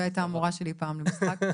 והייתה המורה לי פעם למשחק.